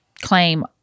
claim